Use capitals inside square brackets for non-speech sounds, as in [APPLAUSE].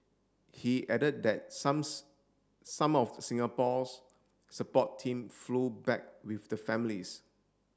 he added that [UNINTELLIGIBLE] some of Singapore's support team flew back with the families